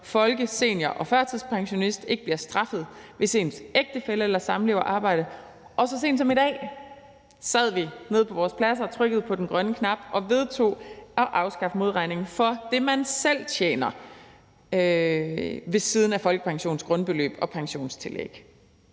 folke-, senior- og førtidspensionist ikke bliver straffet, hvis ens ægtefælle eller samlever arbejder. Og så sent som i dag sad vi nede på vores pladser og trykkede på den grønne knap og vedtog at afskaffe modregningen for det, man selv tjener ved siden af folkepensionens grundbeløb og pensionstillæg.